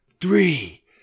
Three